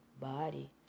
body